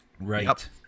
right